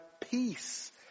peace